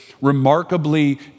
remarkably